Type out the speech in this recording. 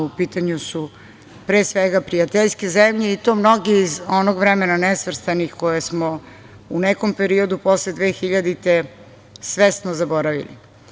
U pitanju su pre svega prijateljske zemlje, i to mnoge iz onog vremena nesvrstanih koje smo u nekom periodu posle 2000. godine svesno zaboravili.